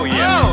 yo